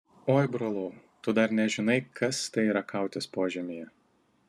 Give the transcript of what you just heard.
oi brolau tu dar nežinai kas tai yra kautis požemyje